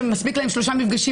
אלה שמספיקים להם שלושה מפגשים,